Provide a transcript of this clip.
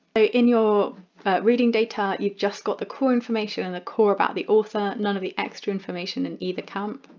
ah in your reading data you've just got the core information and the core about the author, none of the extra information in either camp.